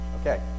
Okay